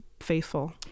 faithful